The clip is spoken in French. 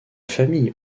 famille